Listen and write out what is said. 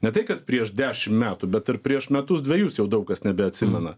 ne tai kad prieš dešim metų bet ir prieš metus dvejus jau daug kas nebeatsimena